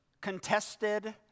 contested